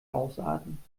ausarten